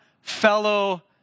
fellow